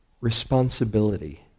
responsibility